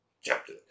chapter